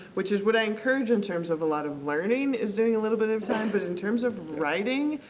which is what i encourage in terms of a lot of learning is doing a little bit at a time. but, in terms of writing,